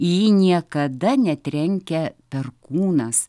į jį niekada netrenkia perkūnas